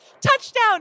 Touchdown